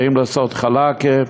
באים לעשות "חלאקה",